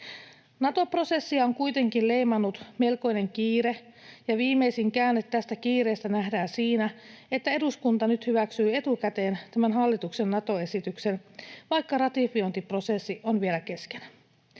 Nato-prosessia on kuitenkin leimannut melkoinen kiire, ja viimeisin käänne tästä kiireestä nähdään siinä, että eduskunta nyt hyväksyy etukäteen tämän hallituksen Nato-esityksen, vaikka ratifiointiprosessi on vielä kesken.